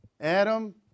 Adam